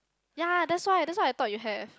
ya that's why that's why I thought you have